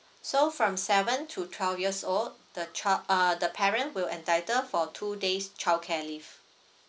so from seven to twelve years old the child uh the parent will entitle for two days childcare leave